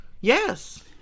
Yes